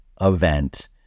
event